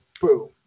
boom